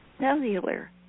cellular